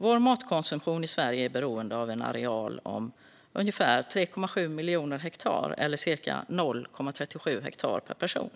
Vår matkonsumtion i Sverige är beroende av en areal om ca 3,7 miljoner hektar, eller ca 0,37 hektar per person.